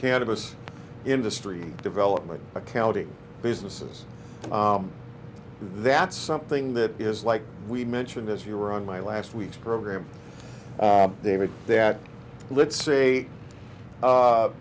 cannabis industry development accounting businesses that's something that is like we mentioned as you were on my last week's program david that let's say